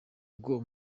bw’uwo